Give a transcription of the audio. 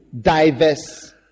diverse